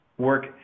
work